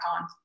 on